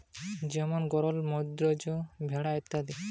ভারতে অনেক রকমের ভেড়ার প্রজাতি পায়া যায় যেমন গরল, মাদ্রাজ ভেড়া ইত্যাদি